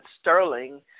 Sterling